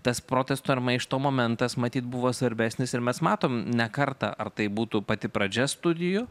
tas protesto ir maišto momentas matyt buvo svarbesnis ir mes matom ne kartą ar tai būtų pati pradžia studijų